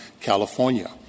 California